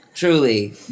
Truly